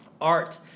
art